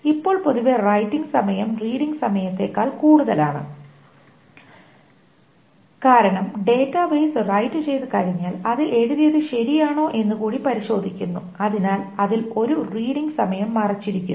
ഇപ്പോൾ പൊതുവെ റൈറ്റിംഗ് സമയം റീഡിങ് സമയത്തേക്കാൾ കൂടുതലാണ് കാരണം ഡാറ്റാബേസ് റൈറ്റ് ചെയ്ത് കഴിഞ്ഞാൽ അത് എഴുതിയത് ശരിയാണോ എന്ന് കൂടി പരിശോധിക്കുന്നു അതിനാൽ അതിൽ ഒരു റീഡിങ് സമയം മറച്ചിരിക്കുന്നു